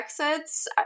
exits